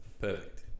perfect